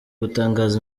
gutangaza